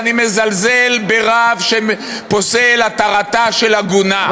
ואני מזלזל ברב שפוסל התרתה של עגונה.